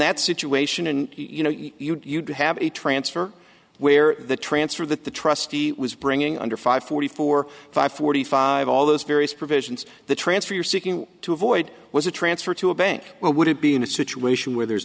that situation and you know you'd have a transfer where the transfer that the trustee was bringing under five forty four five forty five all those various provisions the transfer you're seeking to avoid was a transfer to a bank would it be in a situ where there's